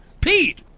Pete